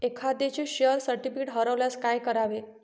एखाद्याचे share certificate हरवल्यास काय करावे?